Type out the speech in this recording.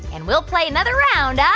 and we'll play another round ah